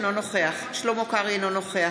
ביקשנו להסתדר